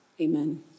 amen